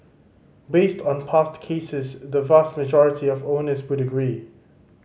based on past cases the vast majority of owners would agree